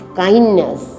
kindness